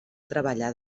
treballar